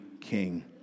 King